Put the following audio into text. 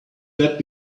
that